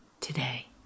today